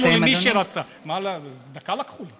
אבל הם לא אפשרו אפילו למי שרצה, לקחו דקה.